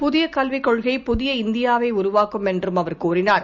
புதியகல்விக் கொள்கை புதிய இந்தியாவைஉருவாக்கும் என்றும் அவர் தெரிவித்தார்